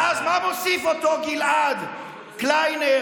ואז מה מוסיף גלעד קליינר,